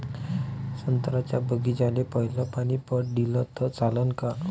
संत्र्याच्या बागीचाले पयलं पानी पट दिलं त चालन का?